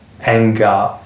anger